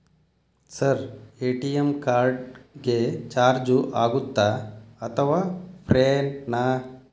Sir ATM card ಗೆ charge ಆಗುತ್ತಾ ಅಥವಾ ಫ್ರೇ ನಾ?